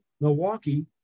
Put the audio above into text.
Milwaukee